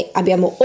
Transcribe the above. abbiamo